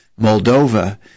Moldova